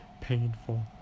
painful